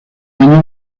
años